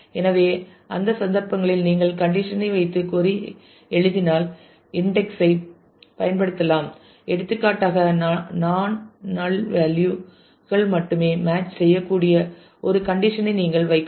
எனவே அந்த சந்தர்ப்பங்களில் நீங்கள் கண்டிஷன் ஐ வைத்து SQL கொறி ஐ எழுதினால் இன்டெக்ஸ் ஐ பயன்படுத்தலாம் எடுத்துக்காட்டாக நாண் நள் வேலியூ கள் மட்டுமே மேட்ச் செய்யக்கூடிய ஒரு கண்டிஷன் ஐ நீங்கள் வைக்கலாம்